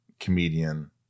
comedian